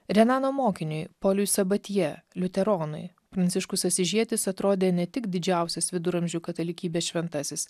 renano mokiniui poliui sabatje liuteronui pranciškus asyžietis atrodė ne tik didžiausias viduramžių katalikybės šventasis